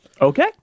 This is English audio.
Okay